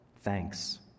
Thanks